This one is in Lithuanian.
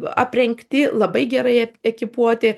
aprengti labai gerai ekipuotė